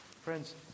Friends